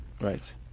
right